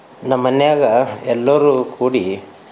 ನಮ್ಮ ಮನ್ಯಾಗ ಎಲ್ಲರೂ ಕೂಡಿ